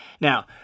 Now